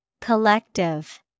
Collective